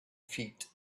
feet